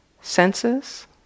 senses